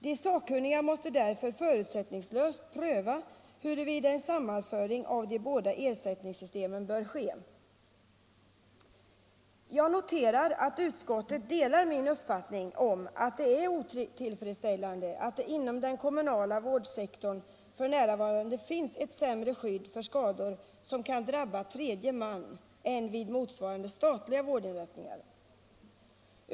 De sakkunniga måste därför förutsättningslöst pröva huruvida en sammanföring av de båda ersättningssystemen bör ske. Jag noterar att utskottet delar min uppfattning att det är otillfredsställande att det inom den kommunala vårdsektorn f. n. finns ett sämre skydd för skador som kan drabba tredje man än vid motsvarande statliga vårdinrättningar.